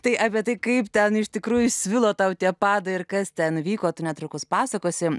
tai apie tai kaip ten iš tikrųjų svilo tau tie padai ir kas ten vyko tu netrukus pasakosi